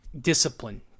discipline